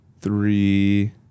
three